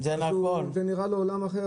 זה נראה לו עולם אחר,